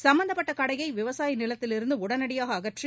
சம்பந்தப்பட்ட கடையை விவசாய நிலத்திலிருந்து உடனடியாக அகற்றி